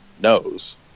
knows